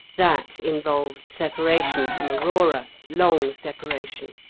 that involved separation from aurora, long separation,